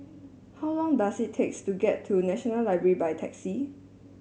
how long does it takes to get to National Library by taxi